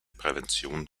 prävention